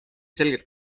selgelt